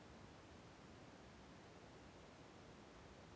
ರಸಗೊಬ್ಬರದಿಂದ ಇಳುವರಿ ಚೆನ್ನಾಗಿ ಬರುತ್ತೆ ಏನ್ರಿ?